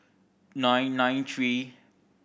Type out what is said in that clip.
nine nine three